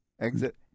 exit